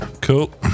Cool